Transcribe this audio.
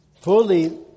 fully